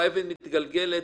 האבן מתגלגלת,